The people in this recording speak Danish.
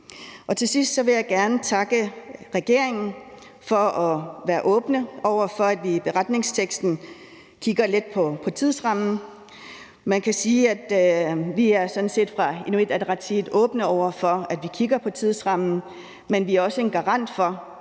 Til sidst vil jeg gerne takke regeringen for at være åbne over for, at vi i beretningsteksten kigger lidt på tidsrammen. Man kan sige, at vi sådan set fra Inuit Ataqatigiit er åbne over for, at vi kigger på tidsrammen, men vi er også en garant for,